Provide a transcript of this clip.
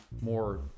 more